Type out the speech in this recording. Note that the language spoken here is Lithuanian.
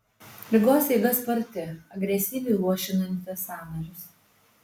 ligos eiga sparti agresyviai luošinanti sąnarius